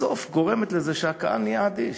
בסוף גורם לזה שהקהל נהיה אדיש,